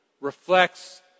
reflects